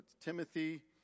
Timothy